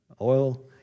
oil